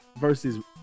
versus